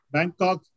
Bangkok